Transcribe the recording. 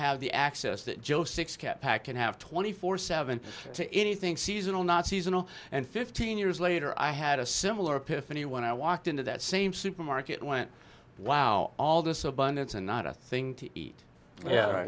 have the access that joe six pack can have twenty four seven to anything seasonal not seasonal and fifteen years later i had a similar opinion when i walked into that same supermarket went wow all this abundance and not a thing to eat oh yeah